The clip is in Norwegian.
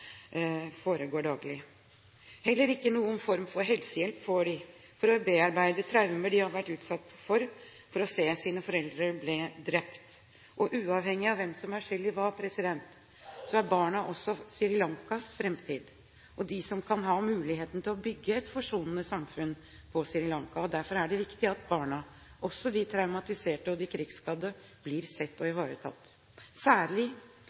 foregår daglig. Heller ikke noen form for helsehjelp får de for å bearbeide traumer de har vært utsatt for ved å se sine foreldre bli drept. Uavhengig av hvem som er skyld i hva, er barna også Sri Lankas framtid og de som kan ha muligheten til å bygge et forsonende samfunn på Sri Lanka. Derfor er det viktig at barna, også de traumatiserte og de krigsskadde, blir sett og ivaretatt, særlig